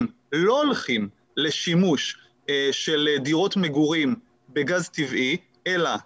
לא הולכים לשימוש של דירות מגורים בגז טבעי אלא חשמל,